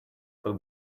but